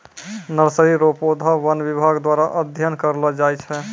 nursery रो पौधा वन विभाग द्वारा अध्ययन करलो जाय छै